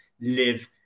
live